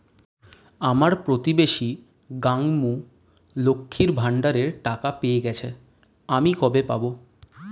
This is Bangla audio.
আমার প্রতিবেশী গাঙ্মু, লক্ষ্মীর ভান্ডারের টাকা পেয়ে গেছে, আমি কবে পাব?